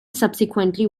subsequently